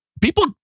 people